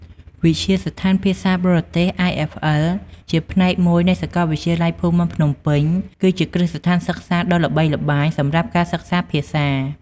វិទ្យាស្ថានភាសាបរទេស (IFL) ជាផ្នែកមួយនៃសាកលវិទ្យាល័យភូមិន្ទភ្នំពេញ គឺជាគ្រឹះស្ថានដ៏ល្បីល្បាញសម្រាប់ការសិក្សាភាសា។